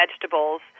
vegetables